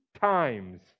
times